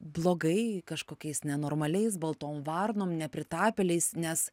blogai kažkokiais nenormaliais baltom varnom nepritapėliais nes